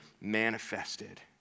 manifested